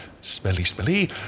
smelly-smelly